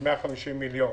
ב-150 מיליון.